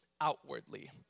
outwardly